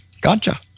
Gotcha